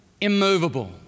immovable